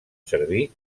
servir